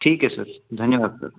ठीक है सर धन्यवाद सर